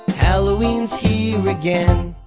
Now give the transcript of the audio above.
halloweens here again.